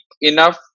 enough